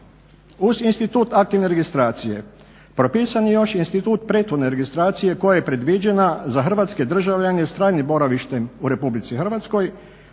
Uz institut aktivne registracije propisan je još i institut prethodne registracije koja je predviđena za hrvatske državljane s trajnim boravištem u RH koji